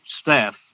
staff